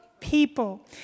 people